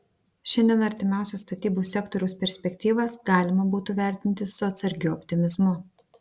šiandien artimiausias statybų sektoriaus perspektyvas galima būtų vertinti su atsargiu optimizmu